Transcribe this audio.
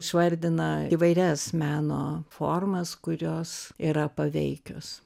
išvardina įvairias meno formas kurios yra paveikios